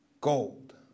gold